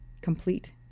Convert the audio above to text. Complete